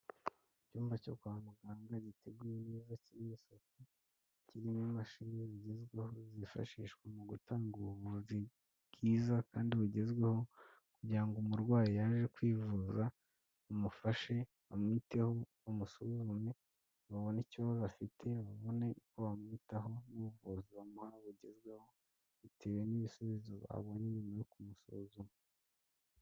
Icyumba cyo kwa muganga giteguye neza cy'irimo isuku. kirimo imashini zigezweho zifashishwa mu gutanga ubuvuzi bwiza kandi bugezweho, kugira ngo umurwayi yaje kwivuza, bamufashe, bamwiteho, bamusuzurane, babone icyibazo afite babone uko bamwitaho, n'ubuvuzi bamuha bugezweho, bitewe n'ibisubizo babonye nyuma yo kumusuzuma.